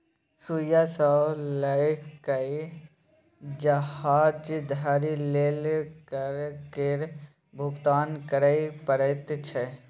सुइया सँ लए कए जहाज धरि लेल कर केर भुगतान करय परैत छै